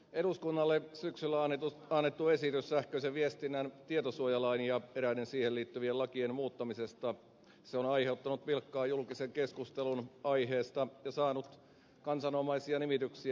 eduskunnalle syksyllä annettu esitys sähköisen viestinnän tietosuojalain ja eräiden siihen liittyvien lakien muuttamisesta on aiheuttanut vilkkaan julkisen keskustelun aiheesta ja saanut kansanomaisia nimityksiä